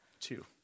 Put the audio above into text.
Two